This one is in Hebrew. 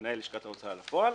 ומנהל לשכת הוצאה לפועל,